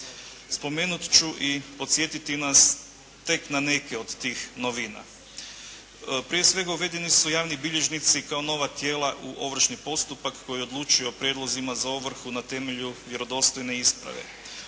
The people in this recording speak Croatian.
Spomenut ću i podsjetiti nas tek na neke od tih novina. Prije svega, uvedeni su javni bilježnici kao nova tijela u ovršni postupak koje odlučuje o prijedlozima za ovrhu na temelju vjerodostojne isprave.